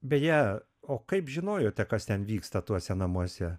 beje o kaip žinojote kas ten vyksta tuose namuose